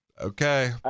Okay